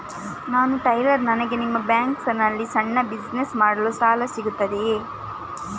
ನಾನು ಟೈಲರ್, ನನಗೆ ನಿಮ್ಮ ಬ್ಯಾಂಕ್ ನಲ್ಲಿ ಸಣ್ಣ ಬಿಸಿನೆಸ್ ಮಾಡಲು ಸಾಲ ಸಿಗುತ್ತದೆಯೇ?